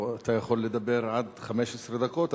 אתה יכול לדבר עד 15 דקות,